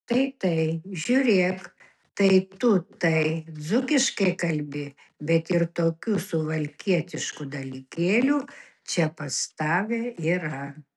tai tai žiūrėk tai tu tai dzūkiškai kalbi bet ir tokių suvalkietiškų dalykėlių čia pas tave yra